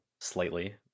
slightly